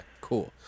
Cool